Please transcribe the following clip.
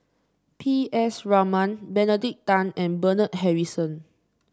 P S Raman Benedict Tan and Bernard Harrison